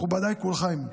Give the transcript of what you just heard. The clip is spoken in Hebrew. מכובדיי כולכם,